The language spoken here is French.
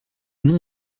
nom